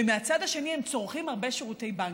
ומהצד השני הם צורכים הרבה שירותי בנקים,